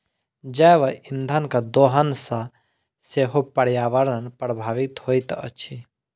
जैव इंधनक दोहन सॅ सेहो पर्यावरण प्रभावित होइत अछि